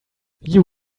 you